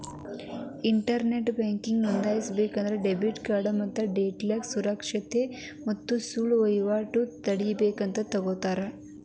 internet banking ನೋಂದಾಯಿಸಬೇಕಂದ್ರ debit card ಡೇಟೇಲ್ಸ್ನ ಸುರಕ್ಷತೆ ಮತ್ತ ಸುಳ್ಳ ವಹಿವಾಟನ ತಡೇಬೇಕಂತ ತೊಗೋತರ